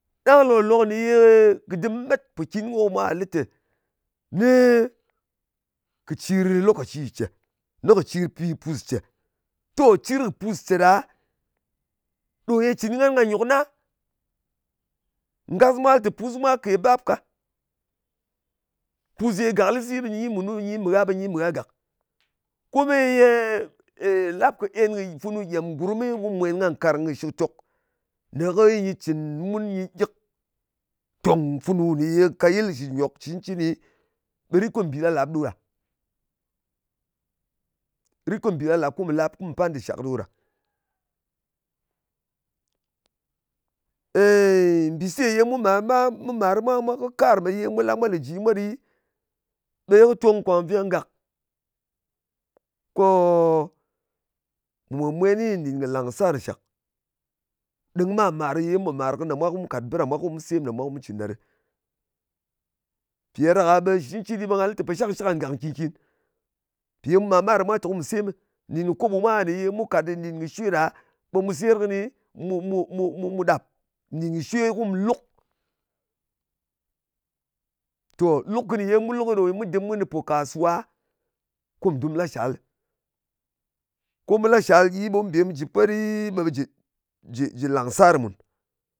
Ɗang lok-lok nyɨ nè ye kɨ ɗɨm met pokin, ko mwà lɨ teni kɨ̀ cir lokaci cè. Lokaci, pi pùs cè. To, cir kɨ pus ce ɗa, nyi ɗo cɨn kɨ nga ka nyòk na. Ngas mwa lɨ tè, pus mwa kè bap ka. Pus ye gàklɨsɨ, nyi mù nu, nyi mɨ gha ɓe nyi mɨ gha gàk. Kome ye, ey, lap kɨ en funu gyem gurmɨ, ɓe mu mwèn ka nkàrng kɨ̀ shɨktòk, nè ko nyɨ cɨn mun. Nyɨ gyɨk tòng funu ye nkayɨl shɨ nyok cɨncɨni. Ɓe rit ko mbì lāp-làp ɗo ɗa. Rit ko mbì lāp-làp ko mù làp ko mu pan dɨr shak ɗo ɗa. Èy, mbìse ye mu mar, mar mwa mwā, kɨ kar nè ye mu la mwa lè ji mwa ɗɨ, ɓe ye kɨ tong kwàk nveng gàk, ko mù mwèn-mwen nɨ, nɗin kɨ lang kɨ sar nshàk, ɗɨng mar-màr ye mu pò màr ye mu pò màr kɨnɨ, ko mu kàt bɨ ɗa mwa ko mu sem ɗa mwa, kùm cɨn ɗa ɗ. Mpɨ̀ ɗa ɗak-a ɓe shɨ cɨncɨni, ɓe nga lɨ tè po shangshɨk ngan gàk nkin-nkin. Ye mu màr-mar ɗa mwa mpì ko mù semɨ. Nɗɨn kɨ kobo mwa ye mu kàt nɗin kɨ shwe ɗa, ɓe mu seyer kɨni, ɓe mu mu mu mu ɗap nɗin kɨ shwe ko mu luk. Luk kɨni ye mu lukɨ ɗò mu dɨm kɨnɨ mpò kasuwa kum dɨm mu la shalɨ. Ko mu la shalɨ, ɓe mu bè mu jɨ pet ɗɨ, ɓe jɨ, jɨ, jɨ làng sar mùn.